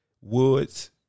Woods